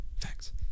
Facts